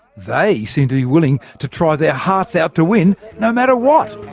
they seem to be willing to try their hearts out to win no matter what!